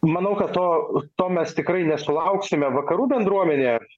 manau kad to to mes tikrai nesulauksime vakarų bendruomenė